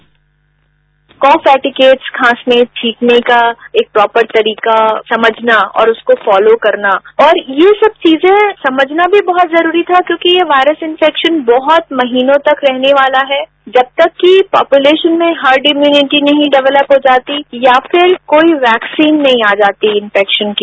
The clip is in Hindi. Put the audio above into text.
bite Uma Kumar cough etiquettes खांसने छिंकने का एक प्रॉपर तरीका समझना और उसको फॉलो करना और ये सव चीजें समझना भी वहुत जरूरी था क्योंकि ये वायरस इंफेक्शन बहुत महीनों तक रहने वाला है जब तक की पॉपुलेशन में हार्ड इम्युनिटी नहीं डेवलप हो जाती या फ़िर कोई वेक्सिन नहीं आ जाती इंफ़ेक्शन की